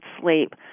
sleep